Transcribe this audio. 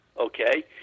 Okay